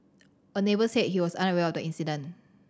a neighbour said he was unaware of the incident